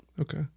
Okay